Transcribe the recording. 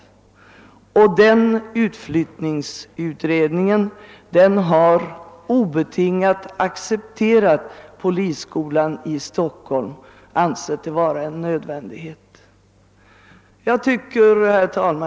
Denna utflyttningsutredning har obetingat accepterat polisskolan i Stockholm och ansett det vara nödvändigt att ha den där.